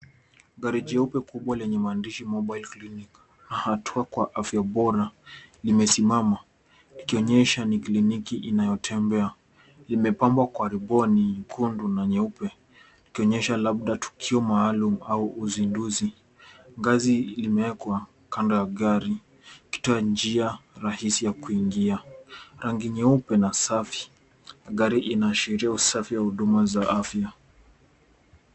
Gari jeupe kubwa lenye maandishi mobile clinic na hatu akwa afya bora limesimama ikionyesha ni kliniki inayotembea. Imepambwa kwa riboni nyekundu na nyeupe ikionyesha labda tukio maalum au uzinduzi. Ngazi limewekwa kando ya gari ikitoa njia rahisi ya kuingia. Rangi nyeupe na usafi wa gari inaashiria usafi wa huduma za afya.